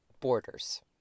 borders